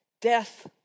death